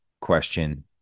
question